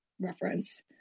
reference